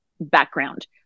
background